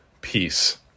peace